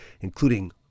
including